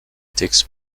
takes